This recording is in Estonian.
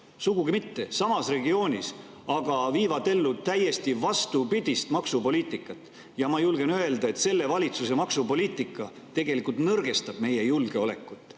Sugugi mitte! Samas regioonis, aga viivad ellu täiesti vastupidist maksupoliitikat. Ja ma julgen öelda, et selle valitsuse maksupoliitika tegelikult nõrgestab meie julgeolekut,